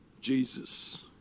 Jesus